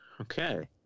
Okay